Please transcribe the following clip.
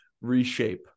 reshape